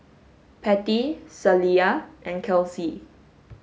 Patty Celia and Kelsey